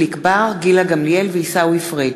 יחיאל חיליק בר, גילה גמליאל ועיסאווי פריג'